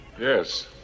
Yes